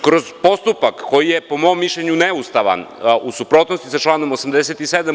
Kroz postupak koji je, po mom mišljenju neustavan, u suprotnosti sa članom 87.